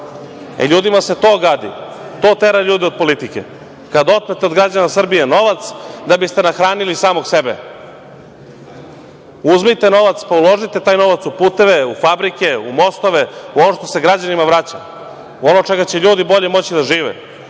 Ljudima se to gadi. To tera ljude od politike. Kad otmete od građana Srbije novac da bi ste nahranili samog sebe. Uzmite novac pa uložite taj novac u puteve, u fabrike, u mostove, u ono što se građanima vraća, u ono od čega će ljudi bolje moći da žive.